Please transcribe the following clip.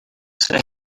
say